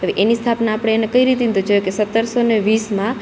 હવે એની સ્થાપના આપડે એને કયરીતી ને તો જો એ સતરસો ને વીસમાં